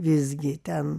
visgi ten